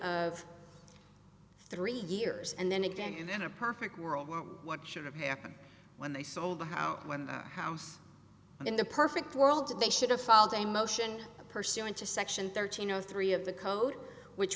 of three years and then again in a perfect world what should have happened when they sold the house when the house and in the perfect world they should have filed a motion pursuant to section thirteen zero three of the code which